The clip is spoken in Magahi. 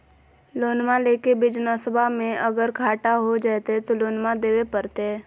लोनमा लेके बिजनसबा मे अगर घाटा हो जयते तो लोनमा देवे परते?